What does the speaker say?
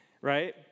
right